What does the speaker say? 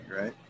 right